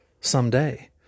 someday